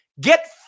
get